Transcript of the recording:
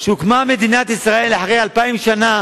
כשהוקמה מדינת ישראל אחרי 2,000 שנה